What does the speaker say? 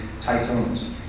typhoons